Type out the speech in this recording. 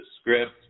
script